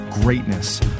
greatness